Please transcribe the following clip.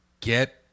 get